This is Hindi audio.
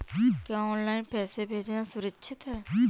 क्या ऑनलाइन पैसे भेजना सुरक्षित है?